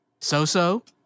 Soso